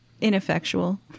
ineffectual